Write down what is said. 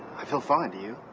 i feel fine. do you?